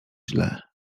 źle